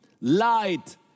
Light